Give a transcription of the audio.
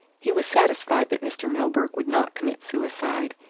he was satisfied that mr. milburgh would not commit suicide,